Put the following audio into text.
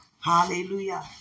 Hallelujah